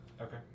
Okay